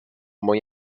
muy